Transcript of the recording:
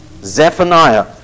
Zephaniah